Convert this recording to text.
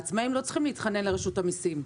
העצמאים לא צריכים להתחנן לרשות המיסים.